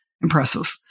impressive